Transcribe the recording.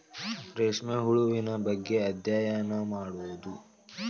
ರೇಶ್ಮೆ ಹುಳುವಿನ ಬಗ್ಗೆ ಅದ್ಯಯನಾ ಮಾಡುದು